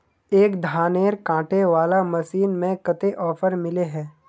एक धानेर कांटे वाला मशीन में कते ऑफर मिले है?